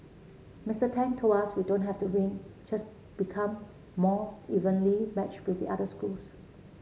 Mister Tang told us we don't have to win just become more evenly matched with the other schools